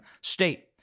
state